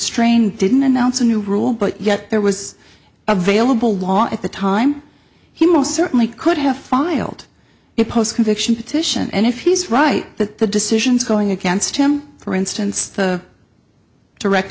strain didn't announce a new rule but yet there was a vailable law at the time he most certainly could have filed a post conviction petition and if he's right that the decisions going against him for instance the direct